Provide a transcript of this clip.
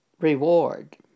reward